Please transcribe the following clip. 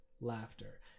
laughter